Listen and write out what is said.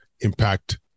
impact